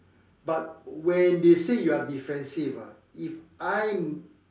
but when they say you are defensive ah if I'm